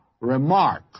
remark